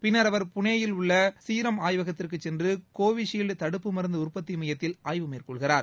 பின்னர் அவர் புனேயில் உள்ள ஸீரம் ஆய்வகத்திற்கு சென்று கோவி ஷீல்ட் தடுப்பு மருந்து உற்பத்தி மையத்தில் ஆய்வு மேற்கொள்கிறார்